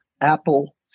Apple